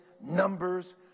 numbers